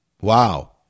Wow